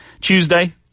Tuesday